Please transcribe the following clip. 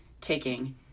taking